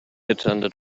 attended